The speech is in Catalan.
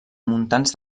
muntants